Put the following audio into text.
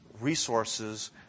resources